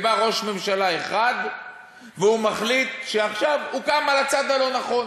ובא ראש ממשלה אחד והוא מחליט שעכשיו הוא קם על הצד הלא-נכון